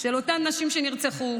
של אותן נשים שנרצחו.